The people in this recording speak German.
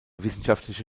wissenschaftliche